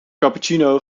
cappuccino